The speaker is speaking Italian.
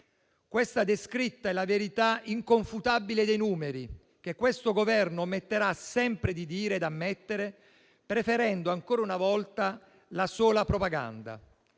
Questa descritta è la verità inconfutabile dei numeri che questo Governo ometterà sempre di dire ed ammettere, preferendo ancora una volta la sola propaganda.